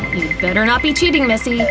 better not be cheating, missy!